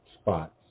spots